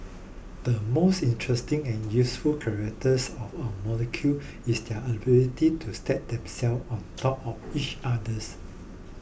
the most interesting and useful characteristic of our molecules is their ability to stack themselves on top of each others